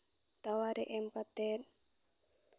ᱛᱟᱣᱟ ᱨᱮ ᱮᱢ ᱠᱟᱛᱮᱫ